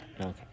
Okay